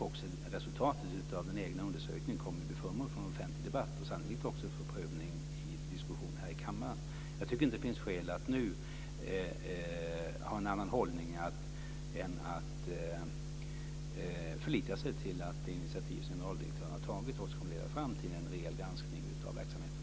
Också resultatet av den egna undersökningen kommer att bli föremål för en offentlig debatt, och sannolikt också för diskussion här i kammaren. Jag tycker inte att det finns skäl att nu ha en annan hållning än att förlita sig till att det initiativ som generaldirektören har tagit kommer att leda fram till en rejäl granskning av verksamheten.